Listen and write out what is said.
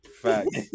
Facts